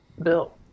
bill